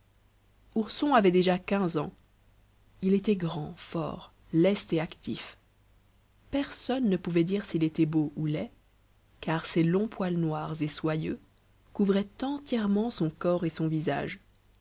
ourson avait déjà quinze ans il était grand fort leste et actif personne ne pouvait dire s'il était beau ou laid car ses longs poils noirs et soyeux couvraient entièrement son corps et son visage